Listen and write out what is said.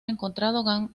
encontrado